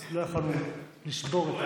אז לא יכולנו לשבור את,